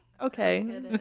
Okay